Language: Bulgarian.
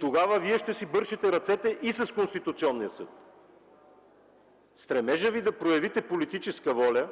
Тогава Вие ще си бършете ръцете и с Конституционния съд. Стремежът Ви да проявите политическа воля